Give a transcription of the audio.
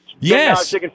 Yes